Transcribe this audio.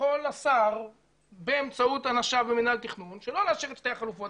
יכול השר באמצעות אנשיו במינהל בתכנון שלא לאשר את שתי החלופות,